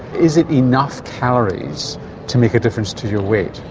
is it enough calories to make a difference to your weight?